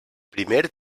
primer